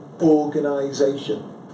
organization